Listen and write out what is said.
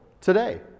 today